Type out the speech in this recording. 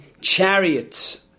chariot